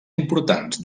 importants